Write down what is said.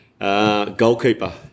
Goalkeeper